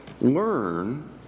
learn